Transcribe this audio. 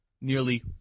nearly